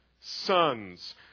sons